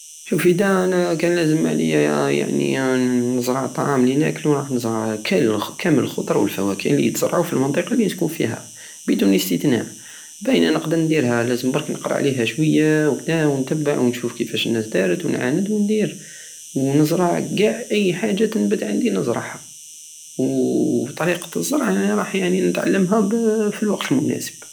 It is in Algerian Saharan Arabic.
شوف ادا انا كان لازم عليا يعني نزرع الطعام الي ناكلو رح نزرع ك- كامل الخضر والفواكه لي يتزرعو في المنطقة الي نسكن فيها بدون استتناء باينة نقدر نديرها لازم برك نقرى عليها شوية وكدا ونتبع ونشوف كيفاش الناس دارت ونعاند وندير ونزرع قع اي حاجة تنبت عندي نزرعها وطريقة الزرع انا راح يعني نتعلمها في الوقت المناسب